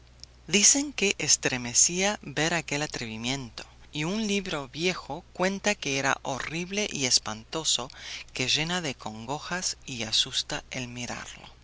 dicen que estremecía ver aquel atrevimiento y un libro viejo cuenta que era horrible y espantoso que llena de congojas y asusta el mirarlo